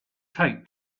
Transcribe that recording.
take